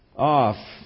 off